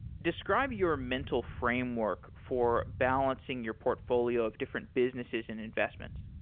describe your mental framework for balancing your portfolio of different businesses and investments.